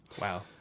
Wow